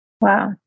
Wow